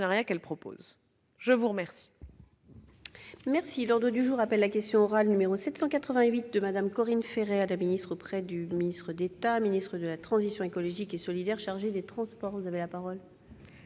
Je vous remercie,